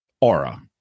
aura